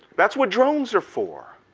that's what drones are for.